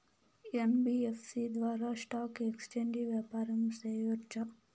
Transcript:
NBFC ద్వారా stock exchange వ్యాపారం సేయొచ్చా?